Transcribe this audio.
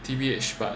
T_B_H but